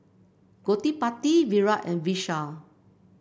Gottipati Virat and Vishal